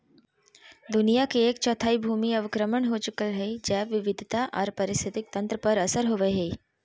दुनिया के एक चौथाई भूमि अवक्रमण हो चुकल हई, जैव विविधता आर पारिस्थितिक तंत्र पर असर होवई हई